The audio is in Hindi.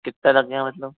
कितना लग गया मतलब